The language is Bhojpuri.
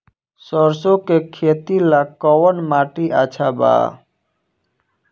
सरसों के खेती ला कवन माटी अच्छा बा?